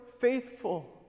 faithful